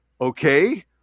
okay